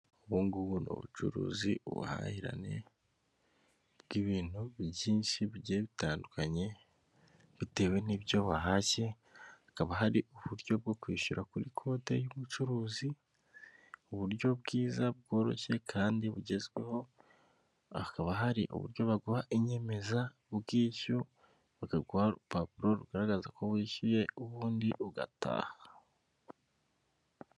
Ubu ngubu ni ubucuruzi ubuhahirane bw'ibintu byinshi bigiye tandukanye, bitewe n'ibyo wahashye hakaba hari uburyo bwo kwishyura kuri kode y'umucuruzi, uburyo bwiza bworoshye kandi bugezweho, hakaba hari uburyo baguha inyemezabwishyu, bakaguha urupapuro rugaragaza ko wishyuye ubundi ugataha.